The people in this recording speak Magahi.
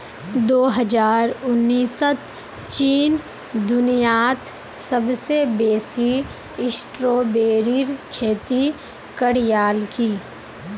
दो हजार उन्नीसत चीन दुनियात सबसे बेसी स्ट्रॉबेरीर खेती करयालकी